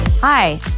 Hi